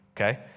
Okay